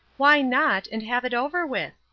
why not, and have it over with?